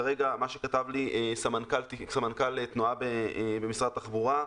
כרגע מה שכתב לי סמנכ"ל תנועה במשרד התחבורה,